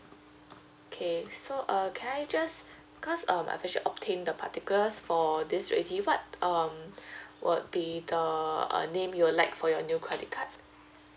okay so err can I just because um I have to obtain the particulars for this already what um would be the name you would like for your new credit card